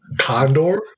condor